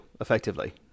effectively